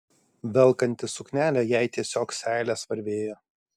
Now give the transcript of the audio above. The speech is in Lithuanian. velkantis suknelę jai tiesiog seilės varvėjo